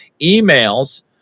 emails